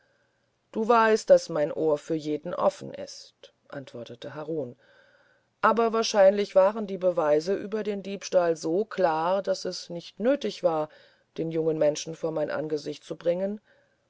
du weißt daß mein ohr für jeden offen ist antwortete harun aber wahrscheinlich waren die beweise über den diebstahl so klar daß es nicht nötig war den jungen menschen vor mein angesicht zu bringen